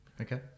okay